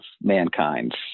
mankind's